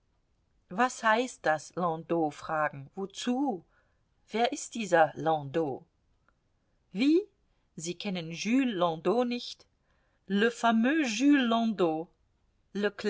was heißt das landau fragen wozu wer ist dieser landau wie sie kennen jules landau nicht